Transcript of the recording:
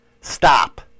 stop